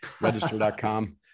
Register.com